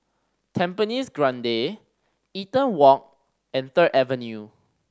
Tampines Grande Eaton Walk and Third Avenue